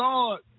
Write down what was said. Lord